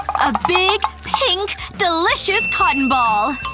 a big, pink, delicious cotton ball.